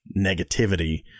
negativity